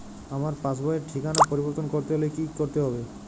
আমার পাসবই র ঠিকানা পরিবর্তন করতে হলে কী করতে হবে?